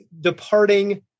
departing